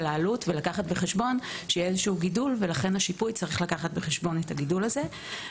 ושיהיה גידול ולכן יהיה צריך לקחת בחשבון את הגידול הזה בשיפוי.